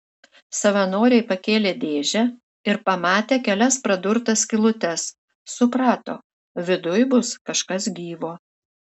savanoriai pakėlė dėžę ir pamatė kelias pradurtas skylutes suprato viduj bus kažkas gyvo